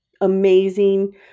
amazing